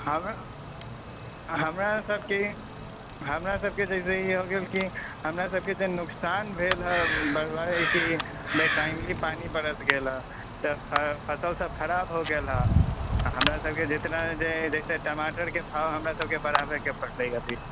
हँ हमरा सभकेँ हमरा सभकेँ जैसे इ हो गेल कि हमरासभके तऽ नुकसान भेल हेँ बाढ़के बे टाइमली बरस गेल हेँ तऽ फसलसभ खराब भऽ गेल हँ हमरासभके जेतना जे टमाटरके भाव हमरासभके बढ़ावयके पड़लै अभी